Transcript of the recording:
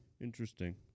Interesting